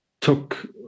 took